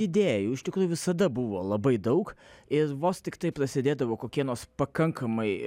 idėjų iš tikrųjų visada buvo labai daug ir vos tiktai prasidėdavo kokie nors pakankamai